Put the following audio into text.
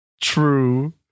True